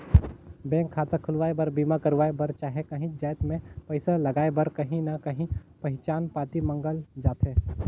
bank खाता खोलवाए बर, बीमा करवाए बर चहे काहींच जाएत में पइसा लगाए बर काहीं ना काहीं पहिचान पाती मांगल जाथे